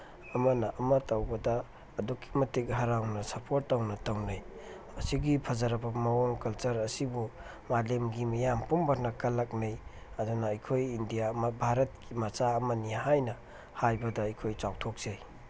ꯑꯃꯅ ꯑꯃ ꯇꯧꯕꯗ ꯑꯗꯨꯛꯀꯤ ꯃꯇꯤꯛ ꯍꯔꯥꯎꯅ ꯁꯄꯣꯔꯠ ꯇꯧꯅ ꯇꯧꯅꯩ ꯑꯁꯤꯒꯤ ꯐꯖꯔꯕ ꯃꯑꯣꯡ ꯀꯜꯆꯔ ꯑꯁꯤꯕꯨ ꯃꯥꯂꯦꯝꯒꯤ ꯃꯤꯌꯥꯝ ꯄꯨꯝꯕꯅ ꯀꯂꯛꯅꯩ ꯑꯗꯨꯅ ꯑꯩꯈꯣꯏ ꯏꯟꯗꯤꯌꯥ ꯚꯥꯔꯠꯀꯤ ꯃꯆꯥ ꯑꯃꯅꯤ ꯍꯥꯏꯅ ꯍꯥꯏꯕꯗ ꯑꯩꯈꯣꯏ ꯆꯥꯎꯊꯣꯛꯆꯩ